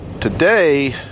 today